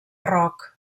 roc